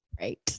Right